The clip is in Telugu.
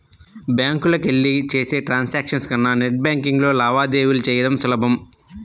బ్యాంకులకెళ్ళి చేసే ట్రాన్సాక్షన్స్ కన్నా నెట్ బ్యేన్కింగ్లో లావాదేవీలు చెయ్యడం సులభం